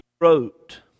wrote